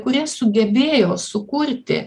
kurie sugebėjo sukurti